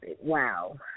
wow